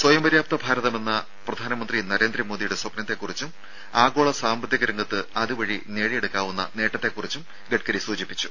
സ്വയം പര്യാപ്ത ഭാരതമെന്ന പ്രധാനമന്ത്രി നരേന്ദ്രമോദിയുടെ സ്വപ്നത്തെ കുറിച്ചും ആഗോള സാമ്പത്തിക രംഗത്ത് അതുവഴി നേടിയെടുക്കാവുന്ന നേട്ടത്തെ കുറിച്ചും ഗഡ്ഗരി സൂചിപ്പിച്ചു